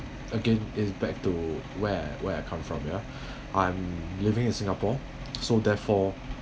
again it is back to where where I come from ya I'm living in singapore so therefore